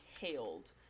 hailed